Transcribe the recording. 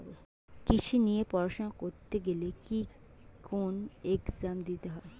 কৃষি নিয়ে পড়াশোনা করতে গেলে কি কোন এগজাম দিতে হয়?